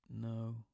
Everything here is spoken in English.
no